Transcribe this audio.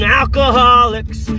alcoholics